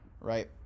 right